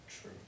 True